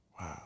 Wow